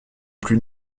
plus